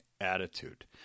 attitude